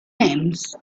names